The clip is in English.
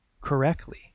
correctly